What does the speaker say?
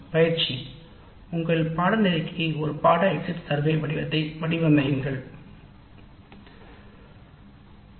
பயிற்சி உங்கள் பாடநெறிக்கு ஒரு பாடநெறி ஹெட்செட் சர்வே கணக்கெடுப்பு படிவத்தை வடிவமைத்து பகிர்வுக்கு நன்றி Tale